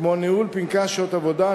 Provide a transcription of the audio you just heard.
כמו ניהול פנקס שעות עבודה,